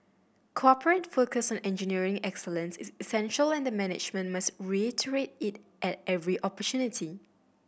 corporate focus on engineering excellence is essential and the management must reiterate it at every opportunity